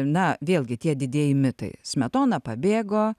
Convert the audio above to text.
na vėlgi tie didieji mitai smetona pabėgo